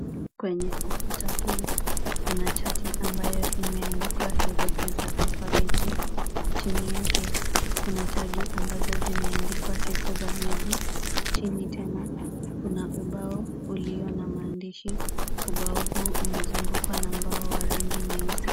Kwenye ukuta huu, kuna chati ambayo imeandikwa herufi za alfabeti. Chini yake kuna tali ambazo zimeandikwa siku za miezi. Chini tena, kuna ubao ulio na maandishi. Ubao huu umezungukwa na mbao wa rangi nyeusi.